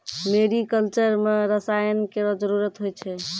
मेरी culture म रसायन केरो जरूरत होय छै